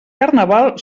carnaval